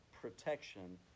protection